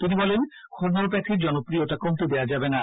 তিনি বলেন হোমিওপ্যাখির জনপ্রিয়তা কমতে দেয়া যাবেনা